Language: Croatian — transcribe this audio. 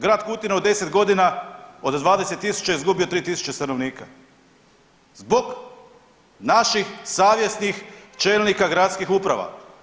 Grad Kutina u 10 godina od 20.000 izgubio 3.000 stanovnika zbog naših savjesnih čelnika gradskih uprava.